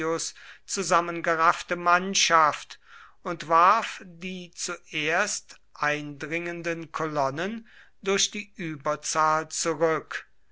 zusammengeraffte mannschaft und warf die zuerst eindringenden kolonnen durch die überzahl zurück